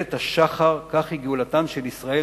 כאיילת השחר כך היא גאולתן של ישראל,